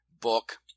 book